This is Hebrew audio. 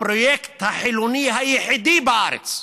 הפרויקט החילוני היחידי בארץ,